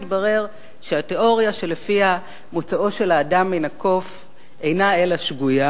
מתברר שהתיאוריה שלפיה מוצאו של האדם מן הקוף אינה אלא שגויה,